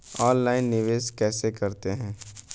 Online निवेश किसे कहते हैं?